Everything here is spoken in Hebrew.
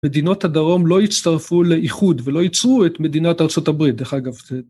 מדינות הדרום לא הצטרפו לאיחוד, ולא ייצרו את מדינת ארה״ב, דרך אגב.